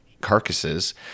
carcasses